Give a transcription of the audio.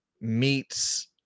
meets –